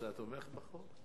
אתה תומך בחוק?